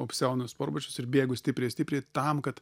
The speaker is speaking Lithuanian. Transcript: apsiaunu sportbačius ir bėgu stipriai stipriai tam kad